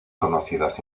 conocidas